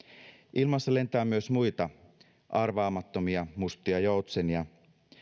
ilmassa lentää myös muita arvaamattomia mustia joutsenia